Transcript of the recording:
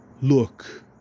look